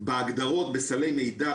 בהגדרות בסלי מידע,